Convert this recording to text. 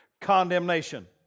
condemnation